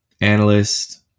analyst